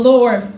Lord